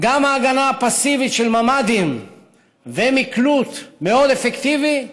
ההגנה הפסיבית של ממ"דים ומקלוט מאוד אפקטיבי,